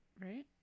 right